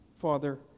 Father